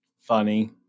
funny